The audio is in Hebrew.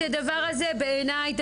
בעיניי,